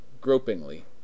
gropingly